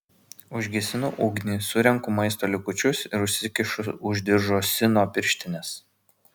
užgesinu ugnį surenku maisto likučius ir užsikišu už diržo sino pirštines